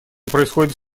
происходит